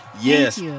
yes